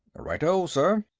righto, sir.